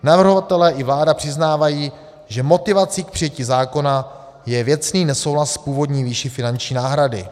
Navrhovatelé i vláda přiznávají, že motivací k přijetí zákona je věcný nesouhlas s původní výší finanční náhrady.